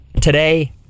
today